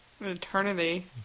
eternity